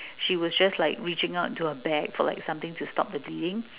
she was just like reaching out into her bag for like something to stop the bleeding